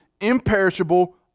imperishable